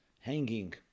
hanging